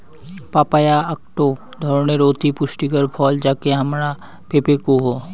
papaya আকটো ধরণের অতি পুষ্টিকর ফল যাকে আমরা পেঁপে কুহ